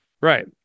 right